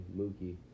Mookie